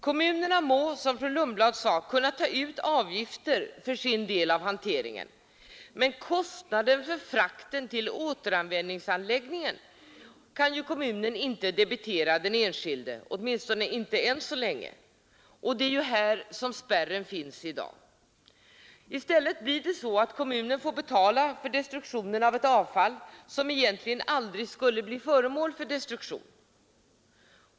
Kommunerna må, som fru Lundblad sade, kunna ta ut avgifter för sin del av hanteringen, men kostnaden för frakten till återvinningsanläggningen kan kommunen inte debitera den enskilde — åtminstone än så länge — och det är här spärren finns i dag. I stället blir det så att kommunen får betala för destruktionen av ett avfall som egentligen aldrig skulle ha blivit föremål för destruktion.